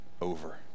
over